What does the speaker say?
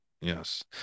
Yes